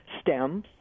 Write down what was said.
STEM